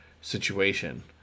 situation